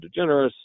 DeGeneres